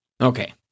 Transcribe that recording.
Okay